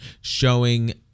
showing